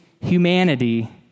humanity